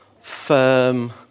firm